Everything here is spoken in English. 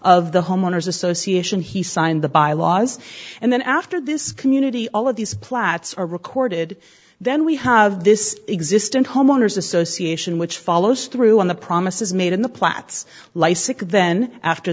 of the homeowners association he signed the bylaws and then after this community all of these plots are recorded then we have this existant homeowners association which follows through on the promises made in the platts life sick then after